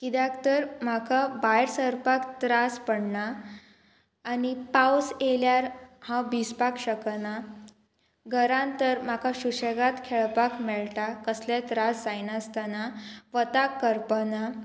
कित्याक तर म्हाका भायर सरपाक त्रास पडना आनी पावस येयल्यार हांव भिजपाक शकना घरांत तर म्हाका सुशेगाद खेळपाक मेळटा कसले त्रास जायनासतना वताक करपना